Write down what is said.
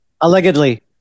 Allegedly